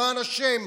למען השם,